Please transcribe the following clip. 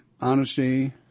honesty